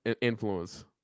influence